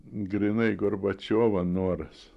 grynai gorbačiovo noras